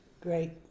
great